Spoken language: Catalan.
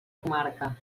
comarca